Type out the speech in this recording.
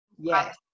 yes